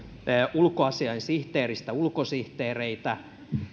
ulkoasiainsihteereistä tulisi ulkosihteereitä